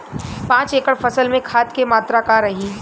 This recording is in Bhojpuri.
पाँच एकड़ फसल में खाद के मात्रा का रही?